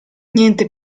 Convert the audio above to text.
niente